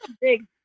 big